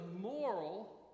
moral